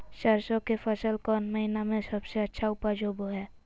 सरसों के फसल कौन महीना में सबसे अच्छा उपज होबो हय?